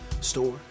store